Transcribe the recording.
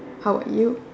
how about you